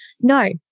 no